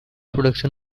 production